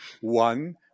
One